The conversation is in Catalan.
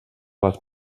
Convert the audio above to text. les